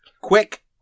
Quick